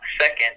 Second